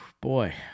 boy